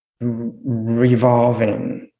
revolving